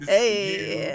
Hey